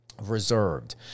reserved